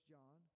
John